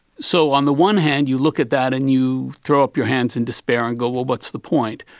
so on the one hand you look at that and you throw up your hands and despair and go, well, what's the point.